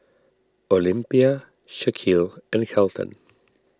Olympia Shaquille and Kelton